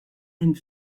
and